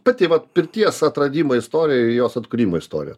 pati vat pirties atradimo istorijair jos atkūrimo istorija